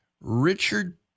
Richard